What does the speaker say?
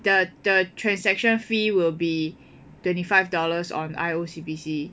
the the transaction fee will be twenty five dollars on I_O_C_B_C